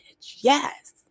yes